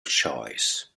choice